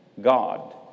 God